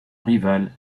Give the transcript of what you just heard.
rival